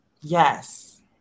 Yes